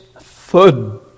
food